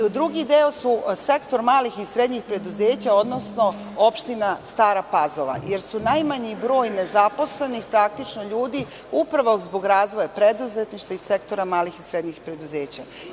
Drugi deo su sektor malih i srednjih preduzeća, odnosno opština Stara Pazova, jer su najmanji broj nezaposlenih praktično ljudi upravo zbog razvoja preduzetništva i sektora malih i srednjih preduzeća.